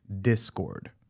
Discord